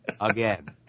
again